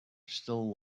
still